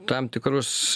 tam tikrus